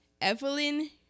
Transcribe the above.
Evelyn